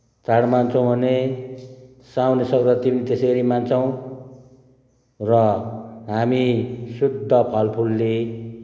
चाड मान्छौँ भने साउने सङ्क्रान्ति पनि त्यसै गरी मान्छौँ र हामी शुद्ध फलफुलले